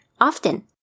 often